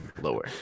Lower